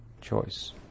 Choice